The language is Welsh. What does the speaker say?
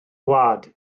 gwaed